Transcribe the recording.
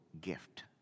gift